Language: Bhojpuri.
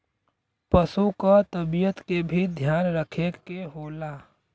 पसु क तबियत के भी ध्यान रखे के होला